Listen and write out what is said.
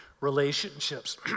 relationships